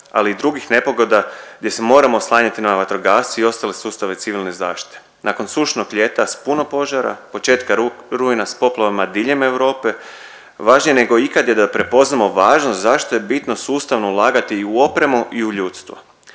ali i drugih nepogoda gdje se moramo oslanjati na vatrogasce i ostale sustave civilne zaštite. Nakon sušnog ljeta s puno požara, početka rujna s poplavama diljem Europom važnije nego ikad je da prepoznamo važnost zašto je bitno sustavno ulagati i u opremu i u ljudstvo.